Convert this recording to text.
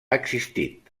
existit